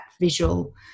visual